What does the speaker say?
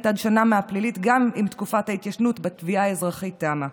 עד שנה מהפלילית גם אם תקופת ההתיישנות בתביעה האזרחית תמה.